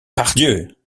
pardieu